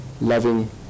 loving